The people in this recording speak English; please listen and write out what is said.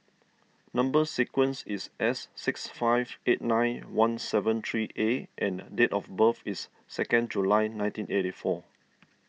Number Sequence is S six five eight nine one seven three A and date of birth is second July nineteen eighty four